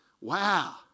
Wow